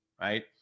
Right